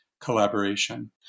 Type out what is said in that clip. collaboration